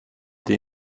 den